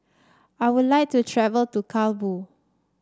I would like to travel to Kabul